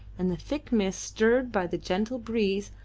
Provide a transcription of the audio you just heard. and the thick mist, stirred by the gentle breeze,